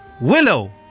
Willow